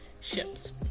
ships